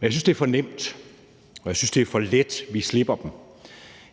Men jeg synes, det er for nemt, og jeg synes, det er for let, vi slipper dem.